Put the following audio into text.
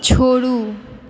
छोड़ू